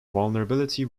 vulnerability